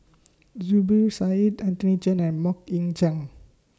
Zubir Said Anthony Chen and Mok Ying Jang